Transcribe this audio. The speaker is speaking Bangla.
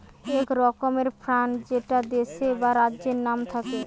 এক রকমের ফান্ড যেটা দেশের বা রাজ্যের নাম থাকে